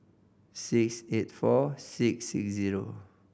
six eight four six six zero